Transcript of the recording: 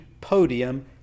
podium